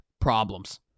problems